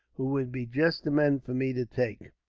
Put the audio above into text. who would be just the men for me to take.